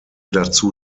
dazu